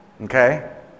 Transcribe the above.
Okay